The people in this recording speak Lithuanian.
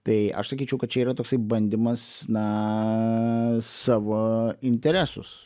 tai aš sakyčiau kad čia yra toksai bandymas na savo interesus